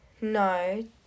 No